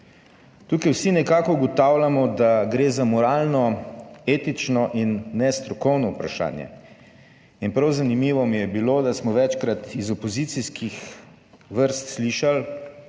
Tukaj vsi nekako ugotavljamo, da gre za moralno, etično in nestrokovno vprašanje. In prav zanimivo mi je bilo, da smo večkrat iz opozicijskih vrst slišali